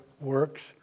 works